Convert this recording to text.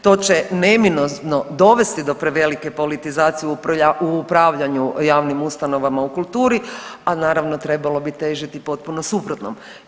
To će neminovno dovesti do prevelike politizacije u upravljanju javnim ustanovama u kulturi, a naravno trebalo bi težiti potpuno suprotnom.